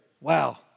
Wow